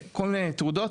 כל מיני תעודות,